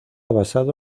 basado